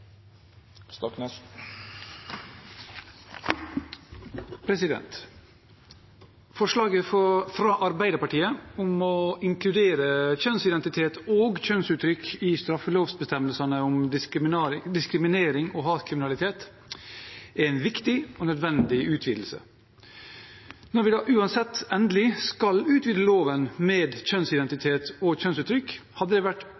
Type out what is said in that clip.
Forslaget fra Arbeiderpartiet om å inkludere kjønnsidentitet og kjønnsuttrykk i straffelovsbestemmelsene om diskriminering og hatkriminalitet, er en viktig og nødvendig utvidelse. Når vi uansett endelig skal utvide loven med kjønnsidentitet og kjønnsuttrykk, hadde det også vært